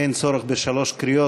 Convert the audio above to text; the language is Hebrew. אין צורך בשלוש קריאות,